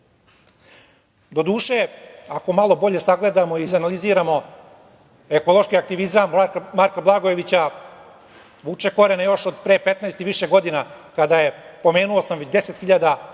duše, ako malo bolje sagledamo i izanaliziramo ekološki aktivizam Marka Blagojevića vuče korene još od pre 15 i više godina, kada je, pomenuo sam već, 10 hiljada